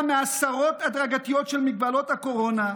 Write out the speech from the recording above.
מהסרות הדרגתיות של הגבלות הקורונה.